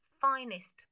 finest